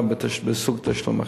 בסוג תשלום אחד.